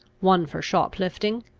one for shop-lifting,